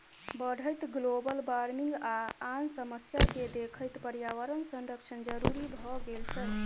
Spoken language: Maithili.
बढ़ैत ग्लोबल बार्मिंग आ आन समस्या केँ देखैत पर्यावरण संरक्षण जरुरी भए गेल छै